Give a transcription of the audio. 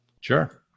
Sure